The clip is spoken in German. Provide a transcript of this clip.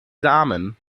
samen